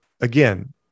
again